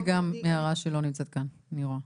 זה גם הערה שלא נמצאת כאן, אני רואה.